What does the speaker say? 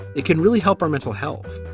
it can really help our mental health